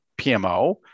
PMO